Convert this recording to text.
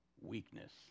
Weakness